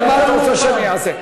אבל מה את רוצה שאני אעשה?